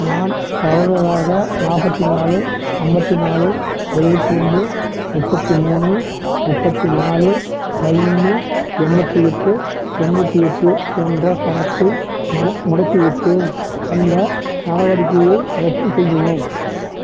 நான் தவறுதலாக நாற்பத்தி நாலு ஐம்பத்தி நாலு எழுபத்ரெண்டு முப்பத்தி மூணு முப்பத்தி நாலு பதினொன்னு எண்பத்தி எட்டு தொண்ணூற்றி எட்டு என்ற கணக்கை மடக் முடக்கிவிட்டேன் அந்த நடவடிக்கையை ரத்து செய்யவும்